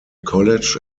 college